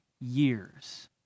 years